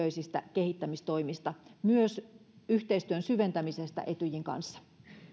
pystyä keskustelemaan kaikennäköisistä kehittämistoimista myös yhteistyön syventämisestä etyjin kanssa